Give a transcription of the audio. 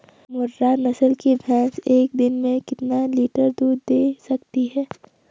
मुर्रा नस्ल की भैंस एक दिन में कितना लीटर दूध दें सकती है?